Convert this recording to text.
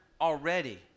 already